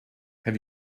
have